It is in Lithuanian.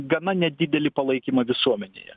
gana nedidelį palaikymą visuomenėje